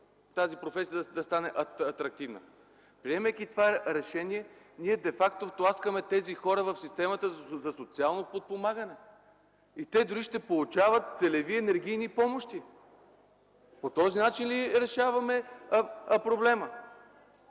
тази професия да стане атрактивна? Приемайки това решение, де факто тласкаме тези хора в системата за социално подпомагане и те дори ще получават целеви енергийни помощи. По този начин ли решаваме проблема?